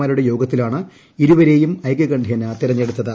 മാരുടെ യോഗത്തിലാണ് ഇരുവരേയും ഐകകണ്ഠ്യേന തെരഞ്ഞെടുത്തത്